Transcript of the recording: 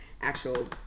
actual